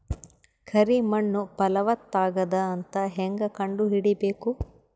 ಕರಿ ಮಣ್ಣು ಫಲವತ್ತಾಗದ ಅಂತ ಹೇಂಗ ಕಂಡುಹಿಡಿಬೇಕು?